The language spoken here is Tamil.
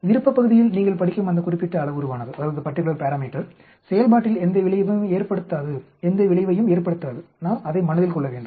விருப்ப பகுதியில் நீங்கள் படிக்கும் அந்த குறிப்பிட்ட அளவுருவானது செயல்பாட்டில் எந்த விளைவையும் ஏற்படுத்தாது நாம் அதை மனதில் கொள்ள வேண்டும்